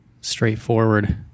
straightforward